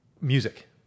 music